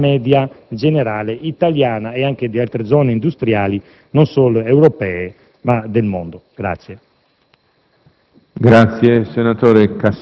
che superano grandemente la media generale italiana e anche di altre zone industriali, non solo europee, ma del mondo.